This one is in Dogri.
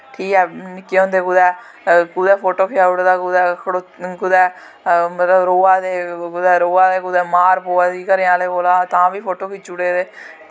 ठीक ऐ निक्के होंदें कुतै कुतै फोटो खचाई ओड़े दा कुतै मतलब रोआ दे कुतै मार पवै दी घरे आह्लें कोला तां बी फोटो खिच्ची ओड़े दे